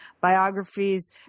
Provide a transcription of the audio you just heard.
biographies